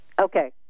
Okay